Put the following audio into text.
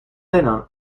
lennon